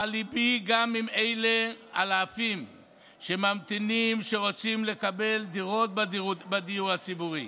אבל ליבי גם עם אלפים שממתינים ורוצים לקבל דירות בדיור הציבורי,